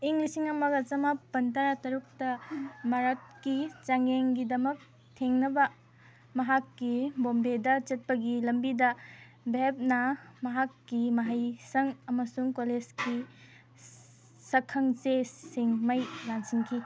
ꯏꯪ ꯂꯤꯁꯤꯡ ꯑꯃꯒ ꯆꯥꯃꯥꯄꯟ ꯇꯔꯥꯇꯔꯨꯛꯇ ꯃꯔꯛꯀꯤ ꯆꯥꯡꯌꯦꯡꯒꯤꯗꯃꯛꯇ ꯊꯦꯡꯅꯕ ꯃꯍꯥꯛꯀꯤ ꯕꯣꯝꯕꯦꯗ ꯆꯠꯄꯒꯤ ꯂꯝꯕꯤꯗ ꯚꯦꯞꯅ ꯃꯍꯥꯛꯀꯤ ꯃꯍꯩꯁꯪ ꯑꯃꯁꯨꯡ ꯀꯣꯂꯦꯖꯀꯤ ꯁꯛꯈꯪꯆꯦꯁꯤꯡ ꯃꯩꯗ ꯂꯪꯁꯟꯈꯤ